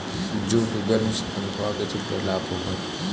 jute उगाने से तुमको आगे चलकर लाभ होगा